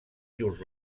llurs